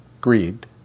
greed